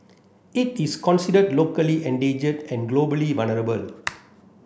it is considered locally endangered and globally vulnerable